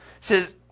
says